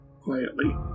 quietly